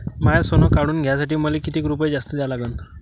माय सोनं काढून घ्यासाठी मले कितीक रुपये जास्त द्या लागन?